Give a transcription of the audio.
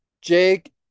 Jake